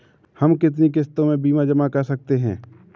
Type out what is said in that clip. हम कितनी किश्तों में बीमा जमा कर सकते हैं?